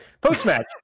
post-match